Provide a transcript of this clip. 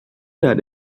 that